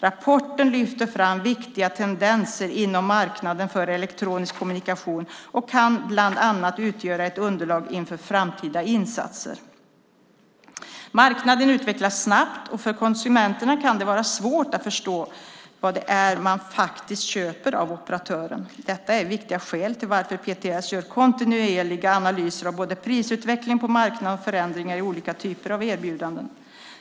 Rapporten lyfter fram viktiga tendenser inom marknaden för elektronisk kommunikation och kan bland annat utgöra ett underlag inför framtida insatser. Marknaden utvecklas snabbt och för konsumenterna kan det vara svårt att förstå vad det är man faktiskt köper av operatören. Detta är viktiga skäl till varför PTS gör kontinuerliga analyser av både prisutvecklingen på marknaden och förändringar i olika typer av erbjudanden.